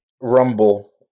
Rumble